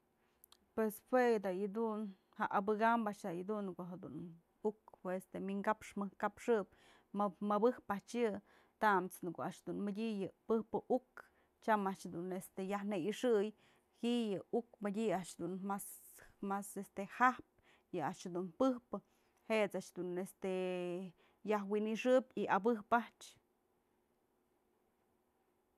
Pues jue da yë dun, abëkam a'ax da yë dun në ko'o jedun uk wi'inkap jëjkapxëp, mëbëj a'ax yë tams në ko'o a'axdu mëdyë yë pëjpë uk tyam a'ax dun este yaj në i'ixëy, ji'i yë uk mëdyë a'ax dun mas, mas este jajpë, yë a'ax dun pëjpë, jet's a'ax dun este yaj wi'in i'ixëp y abëj a'ax.